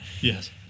Yes